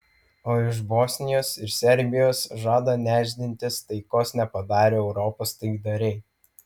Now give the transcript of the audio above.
o iš bosnijos ir serbijos žada nešdintis taikos nepadarę europos taikdariai